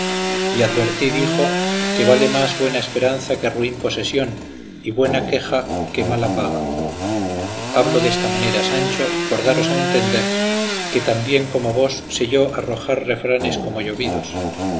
y advertid hijo que vale más buena esperanza que ruin posesión y buena queja que mala paga hablo de esta manera sancho por daros a entender que también como vos sé yo arrojar refranes como llovidos